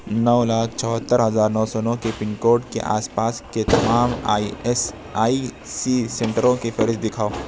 نو لاکھ چوہتر ہزار نو سو نو کے پنکوڈ کے آس پاس کے تمام آئی ایس آئی سی سینٹروں کی فہرست دکھاؤ